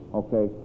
okay